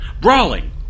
Brawling